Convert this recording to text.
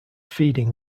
feeding